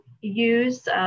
use